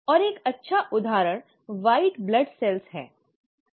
और एक अच्छा उदाहरण सफेद रक्त कोशिकाओं है